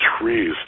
trees